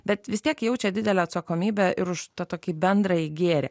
bet vis tiek jaučia didelę atsakomybę ir už tą tokį bendrąjį gėrį